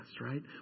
right